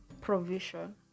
provision